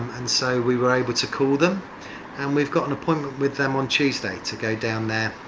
and so we were able to call them. and we've got an appointment with them on tuesday to go down there